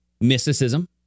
mysticism